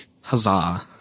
Huzzah